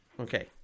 okay